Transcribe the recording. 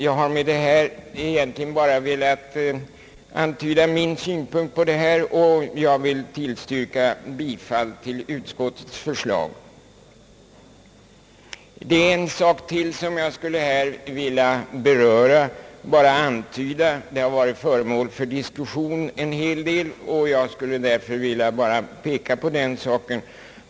Jag har med detta egentligen bara velat antyda min synpunkt, och jag vill yrka bifall till utskottets förslag. Det är en sak till som jag här skulle vilja beröra. Den har varit föremål för en hel del diskussion, varför jag skulle vilja rikta uppmärksamheten på den.